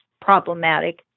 problematic